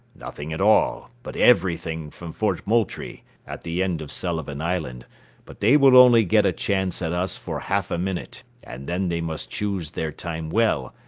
nothing at all, but everything from fort moultrie, at the end of sullivan island but they will only get a chance at us for half a minute, and then they must choose their time well,